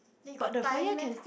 then you got time meh